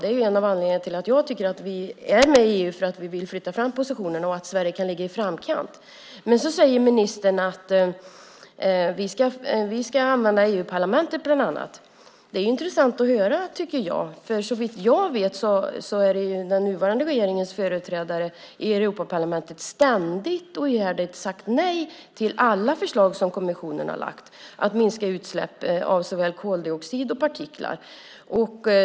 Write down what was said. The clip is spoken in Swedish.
Det är en av anledningarna, tycker jag, till att vi är med i EU, att vi vill flytta fram positionerna och att Sverige kan ligga i framkant. Men så säger ministern att vi bland annat ska använda Europaparlamentet. Det tycker jag är intressant att höra, för såvitt jag vet har ju den nuvarande regeringens företrädare i Europaparlamentet ständigt och ihärdigt sagt nej till alla förslag som kommissionen har lagt fram om att minska utsläppen av såväl koldioxid som partiklar.